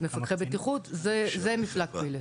מפקחי בטיחות זה מפלג "פלס".